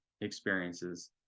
experiences